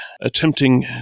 attempting